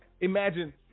imagine